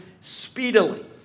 speedily